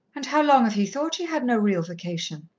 and how long have ye thought ye had no real vocation?